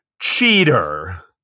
cheater